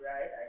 right